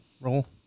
Roll